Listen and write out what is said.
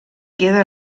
queda